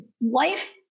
Life